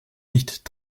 nicht